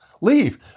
Leave